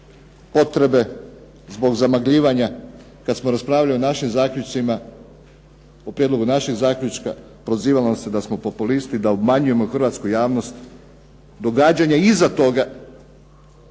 potrebe, zbog zamagljivanja kad smo raspravljali o našim zaključcima, o prijedlogu našeg zaključka prozivalo nas se da smo populisti, da obmanjujemo hrvatsku javnost, događanja iza toga